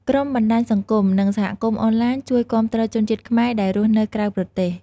ក្រុមបណ្តាញសង្គម និងសហគមន៍អនឡាញជួយគាំទ្រជនជាតិខ្មែរដែលរស់នៅក្រៅប្រទេស។